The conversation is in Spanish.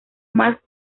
más